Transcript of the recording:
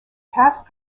past